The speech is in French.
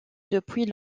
depuis